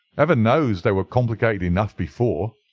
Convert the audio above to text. heaven knows, they were complicated enough before.